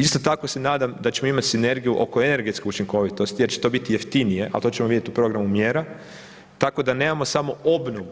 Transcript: Isto tako se nadam da ćemo imati sinergiju oko energetske učinkovitosti jer će to biti jeftinije, al to ćemo vidjeti u programu mjera tako da nemamo samo obnovu